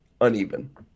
uneven